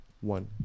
one